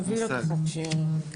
תביאו לו את החוק שיהיה לו.